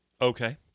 Okay